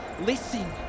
Listen